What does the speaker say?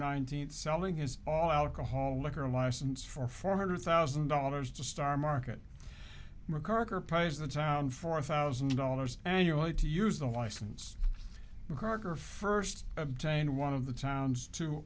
nineteenth selling his alcohol liquor license for four hundred thousand dollars to star market macarthur prize the town four thousand dollars annually to use the license corker first obtained one of the town's t